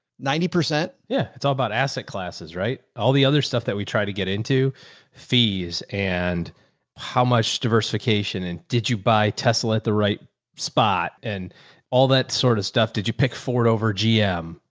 ninety. yeah. it's all about asset classes. right? all the other stuff that we try to get into fees and how much diversification and did you buy tesla at the right spot and all that sort of stuff. did you pick ford over gm,